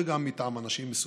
וגם מטעם אנשים מסוימים,